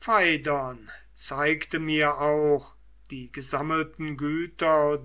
pheidon zeigte mir auch die gesammelten güter